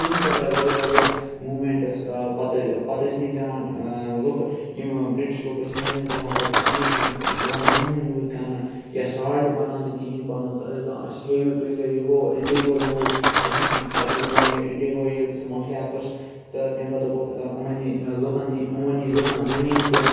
تِہِنٛدۍ پَتہٕ درٛاے واریاہ واریاہ موٗمیٮ۪نٹٕس پَتہٕ ٲسۍ پَتہٕ ٲسۍ نہٕ یِم دِوان لُکھ یِم بِرٛٹِش لُکھ ٲسۍ یِم ٲسۍ نہٕ دِوان پَتہٕ اِنڈِکٮ۪ن تہِ دِوان نوٗن یوٗز کَرنہٕ یا سالٹ بَناونہٕ کِہیٖنۍ پَنُن ٲسۍ دَپان أسۍ ہیٚیِو تُہۍ کٔرِو ہو اِنڈیٖگو نیوٗکھ کیٛاہتھانۍ پَتہٕ ٲسۍ دَپان یہِ اِنڈیٖگو ییٚلہِ سُہ مۄکلیٛو قٕصہٕ تہٕ تمہِ پَتہٕ دوٚپُکھ یِمَن نی لُکَن نی یِمو نِی لُکَن زٔمیٖن تہِ